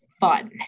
fun